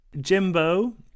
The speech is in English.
Jimbo